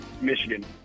Michigan